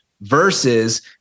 versus